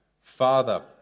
Father